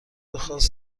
خاص